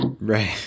right